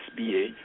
SBA